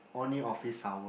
only office hour